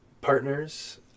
partners